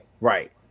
right